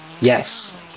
Yes